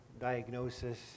diagnosis